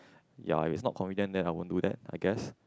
ya if it's not convenient then I won't do that I guess